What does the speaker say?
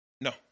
No